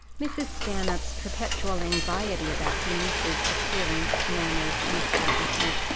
mrs. stanhope's perpetual anxiety about her niece's appearance, manners, and establishment,